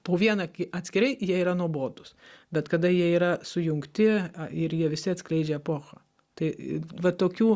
po vieną atskirai jie yra nuobodūs bet kada jie yra sujungti ir jie visi atskleidžia epochą tai va tokių